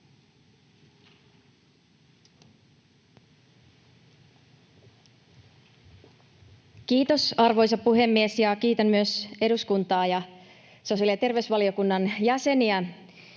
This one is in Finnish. Kiitos, arvoisa puhemies! Kiitän myös eduskuntaa ja sosiaali- ja terveysvaliokunnan jäseniä